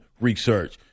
research